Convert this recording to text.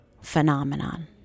phenomenon